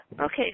Okay